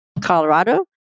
Colorado